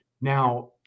Now